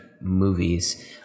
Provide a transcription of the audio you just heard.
movies